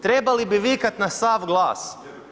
Trebali bi vikati na sav glas.